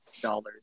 Dollars